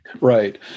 Right